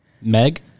Meg